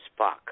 Spock